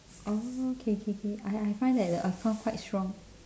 oh okay okay okay I I find that the accom quite strong